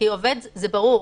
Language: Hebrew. כי עובד זה ברור,